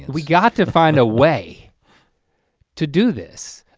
we got to find a way to do this.